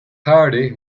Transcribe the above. parody